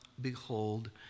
behold